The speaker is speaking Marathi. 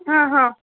हा हा